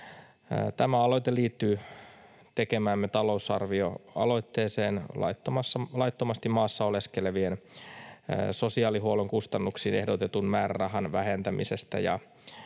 Tämä aloite liittyy tekemäämme talousarvioaloitteeseen laittomasti maassa oleskelevien sosiaalihuollon kustannuksiin ehdotetun määrärahan vähentämisestä,